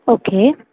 okay